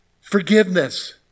Forgiveness